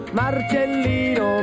marcellino